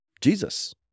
Jesus